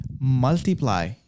multiply